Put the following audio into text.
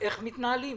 איך מתנהלים.